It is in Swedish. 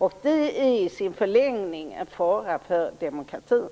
Det är i sin förlängning en fara för demokratin.